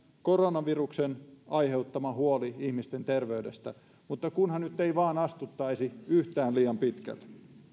koronaviruksen aiheuttama huoli ihmisten terveydestä mutta kunhan nyt ei vain astuttaisi yhtään liian pitkälle